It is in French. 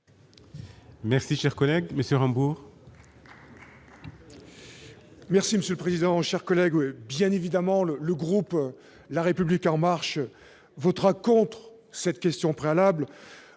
Merci, cher collègue Monsieur Rambourg.